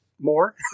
more